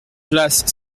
place